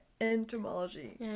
Entomology